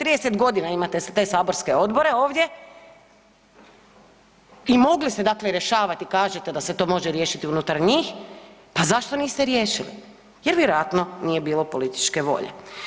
30 godina imate te saborske odbore ovdje i mogli ste dakle rješavati, kažete da se to može riješiti unutar njih, pa zašto niste riješili, jer vjerojatno nije bilo političke volje.